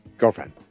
girlfriend